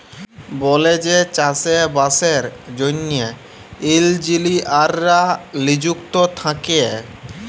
বলেযে চাষে বাসের জ্যনহে ইলজিলিয়াররা লিযুক্ত থ্যাকে